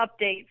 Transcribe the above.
updates